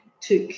took